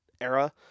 era